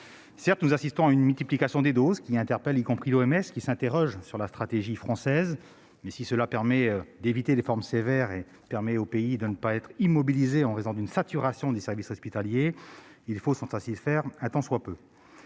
Certes nous assistons à une multiplication des doses qui interpelle jusqu'à l'OMS, où l'on s'interroge sur la stratégie française. Mais si cela permet de réduire les formes sévères et d'éviter que le pays ne soit immobilisé en raison de la saturation des services hospitaliers, il faut s'en satisfaire un tant soit peu.